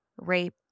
Rape